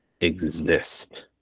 exist